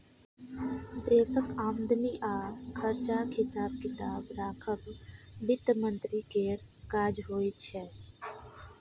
देशक आमदनी आ खरचाक हिसाब किताब राखब बित्त मंत्री केर काज होइ छै